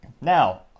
now